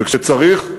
וכשצריך,